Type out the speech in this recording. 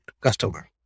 customer